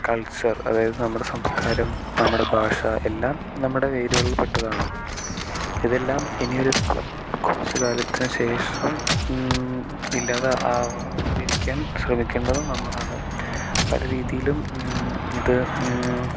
culture അതായത് നമ്മുടെ സംസ്കാരം നമ്മുടെ ഭാഷ എല്ലാം നമ്മുടെ വേരുകളിൽ പെട്ടതാണ് ഇതെല്ലം ഇനിയൊരു കുറച്ച് കാലത്തിന് ശേഷം ഇല്ലാതെ ആവാതിരിക്കാൻ ശ്രമിക്കേണ്ടത് നമ്മളാണ് പല രീതിയിലും ഇത്